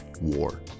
War